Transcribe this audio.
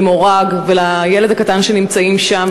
למורג ולילד הקטן שנמצאים שם,